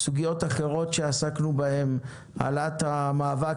סוגיות אחרות שעסקנו בהן - העלאת המאבק